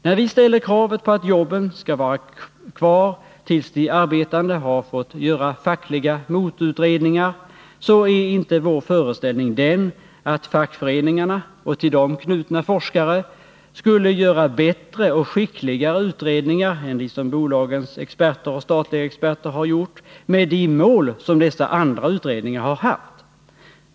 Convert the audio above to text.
När vi ställer kravet att jobben skall vara kvar tills de arbetande har fått göra fackliga motutredningar, så är inte vår föreställning den att fackföreningarna och till dem knutna forskare skulle göra bättre utredningar än dem som bolagens experter och statliga experter har gjort med de mål som dessa andra utredningar har haft.